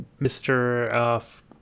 Mr